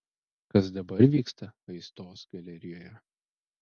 kas dabar vyksta aistos galerijoje